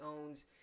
owns